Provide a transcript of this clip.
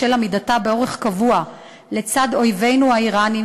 בשל עמידתה באורח קבוע לצד אויבינו האיראנים